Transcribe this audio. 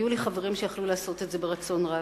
היו לי חברים שיכלו לעשות את זה ברצון רב.